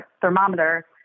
thermometer